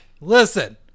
Listen